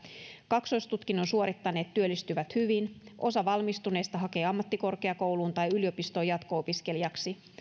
kaksoistutkinnon suorittaneet työllistyvät hyvin osa valmistuneista hakee ammattikorkeakouluun tai yliopistoon jatko opiskelijaksi